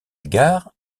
gare